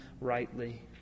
rightly